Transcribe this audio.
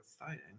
exciting